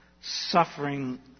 suffering